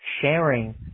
sharing